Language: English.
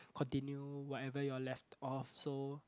continue whatever you all left off so